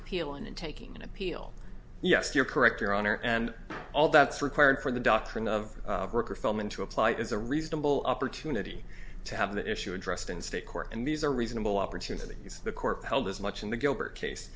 appeal and in taking an appeal yes you're correct your honor and all that's required for the doctrine of feldman to apply is a reasonable opportunity to have that issue addressed in state court and these are reasonable opportunities the court held as much in the gilbert case